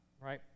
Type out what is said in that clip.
right